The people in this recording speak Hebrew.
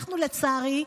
לצערי,